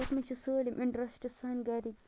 یَتھ منٛز چھِ سٲلِم انٹَرسٹ سٲنۍ گَرِکۍ